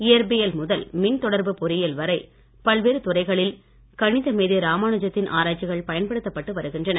இயற்பியல் முதல் மின் தொடர்பு பொறியியல் வரை பல்வேறு துறைகளில் கணித மேதை ராமானுஜத்தின் ஆராய்ச்சிகள் பயன்படுத்தப்பட்டு வருகின்றன